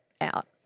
out